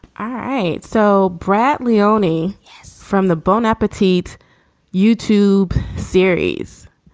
hi. so bradley only from the bone appetito youtube series.